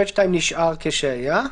22כא(ב)(2) נשאר כשהיה.